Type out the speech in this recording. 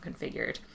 configured